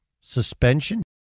suspension